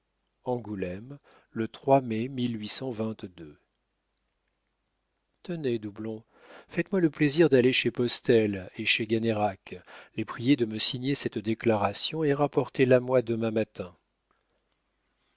angoulême le trois mai mil huit cent vingt-deux tenez doublon faites-moi le plaisir d'aller chez postel et chez gannerac les prier de faire signer cette déclaration et rapportez la moi demain matin